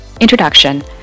Introduction